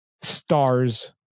stars